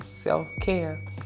Self-care